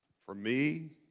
for me,